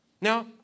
Now